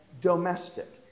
domestic